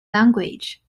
language